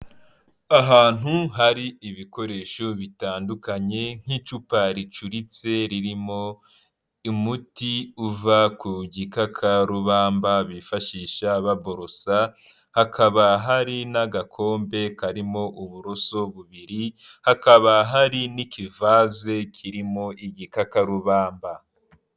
Ahantu hari ibikoresho bitandukanye nk'icupa ricuritse ririmo umuti uva ku gikakarubamba bifashisha baborosa, hakaba hari n'agakombe karimo uburoso bubiri, hakaba hari n'ikivaze kirimo igikakarubamba.